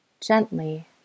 gently